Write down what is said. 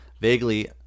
vaguely